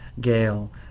Gail